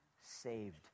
saved